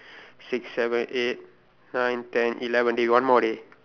six seven eight nine ten eleven dey one more dey